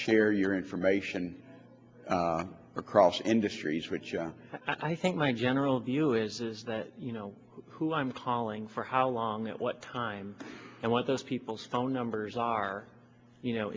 share your information across industries which i think my general view is is that you know who i'm calling for how long at what time and what those people's phone numbers are you know